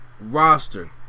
roster